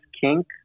kink